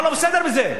מה לא בסדר בזה?